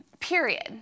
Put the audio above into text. period